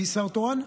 מי השר התורן?